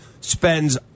spends